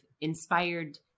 inspired